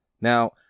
Now